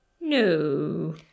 No